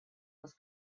was